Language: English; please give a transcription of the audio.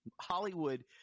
Hollywood